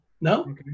No